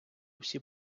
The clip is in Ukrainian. всі